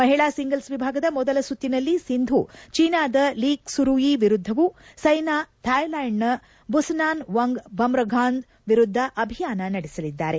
ಮಹಿಳಾ ಸಿಂಗಲ್ಸ್ ವಿಭಾಗದ ಮೊದಲ ಸುತ್ತಿನಲ್ಲಿ ಸಿಂಧೂ ಚೀನಾದ ಲಿ ಕ್ಲುರುಯಿ ವಿರುದ್ಧವು ಸೈನಾ ಥಾಯ್ಲೆಂಡ್ನ ಬುಸನಾನ್ ಒಂಗ್ ಬವುಂಗ್ಧಾನ್ ವಿರುದ್ಧ ಅಭಿಯಾನ ಆರಂಭಿಸಲಿದ್ದಾರೆ